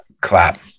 clap